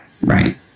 Right